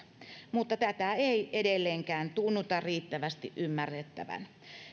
mutta tätä ei edelleenkään tunnuta riittävästi ymmärrettävän